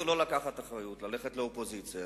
וללכת לאופוזיציה.